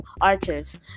archers